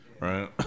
right